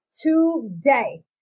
today